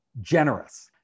generous